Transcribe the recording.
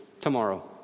tomorrow